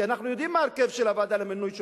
כי אנחנו יודעים מה ההרכב של הוועדה למינוי שופטים,